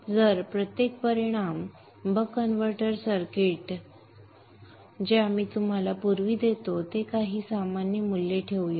जर प्रत्येक परिणाम बक कन्व्हर्टर सर्किट जे आम्ही तुम्हाला पूर्वी देतो ते काही सामान्य मूल्ये ठेवूया